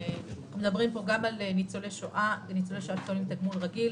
שמדברים פה גם על ניצולי שואה שמקבלים תגמול רגיל,